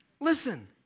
Listen